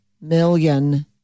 million